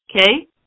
Okay